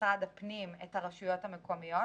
משרד הפנים מנחה את הרשויות המקומיות.